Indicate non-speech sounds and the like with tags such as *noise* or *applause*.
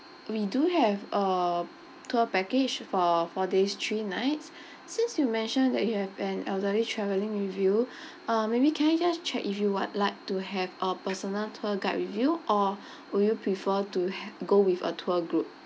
we do have a tour package for four days three nights *breath* since you mentioned that you have an elderly travelling with you *breath* uh maybe can I just check if you want like to have a personal tour guide with you or *breath* would you prefer to have go with a tour group